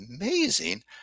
amazing